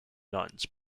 nuns